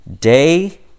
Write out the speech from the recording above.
day